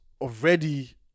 ...already